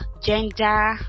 gender